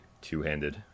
Two-handed